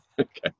okay